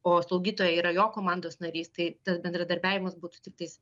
o slaugytojai yra jo komandos narys tai tas bendradarbiavimas būtų tiktais